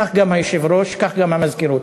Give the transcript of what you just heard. וכך גם היושב-ראש וכך גם המזכירות.